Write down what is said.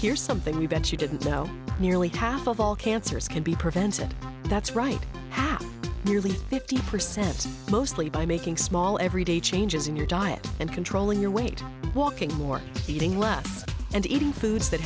here something we bet you didn't know nearly half of all cancers can be prevented that's right half nearly fifty percent mostly by making small everyday changes in your diet and controlling your weight walking more eating less and eating foods that